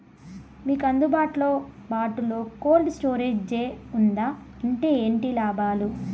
మీకు అందుబాటులో బాటులో కోల్డ్ స్టోరేజ్ జే వుందా వుంటే ఏంటి లాభాలు?